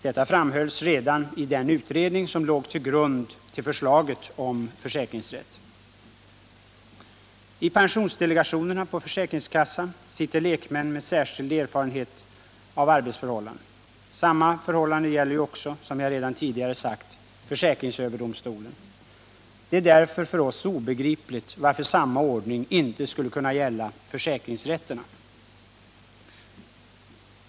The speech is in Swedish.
Detta framhölls redan i den utredning som låg till grund för förslaget om försäkringsrätt. I pensionsdelegationerna på försäkringskassan sitter lekmän med särskild erfarenhet av arbetsförhållanden. Samma förhållande gäller ju också, som jag redan tidigare sagt, försäkringsöverdomstolen. Det är därför för oss obegripligt att samma ordning inte skulle kunna gälla försäkringsrätterna.